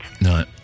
No